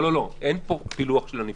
אין פה פילוח של הנפטרים.